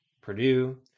Purdue